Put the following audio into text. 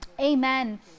Amen